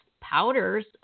powders